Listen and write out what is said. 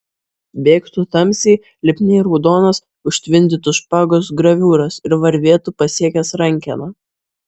bėgtų tamsiai lipniai raudonas užtvindytų špagos graviūras ir varvėtų pasiekęs rankeną